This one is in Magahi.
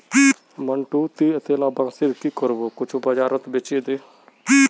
मंटू, ती अतेला बांसेर की करबो कुछू बाजारत बेछे दे